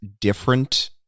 different